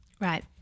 Right